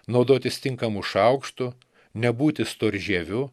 naudotis tinkamu šaukštu nebūti storžieviu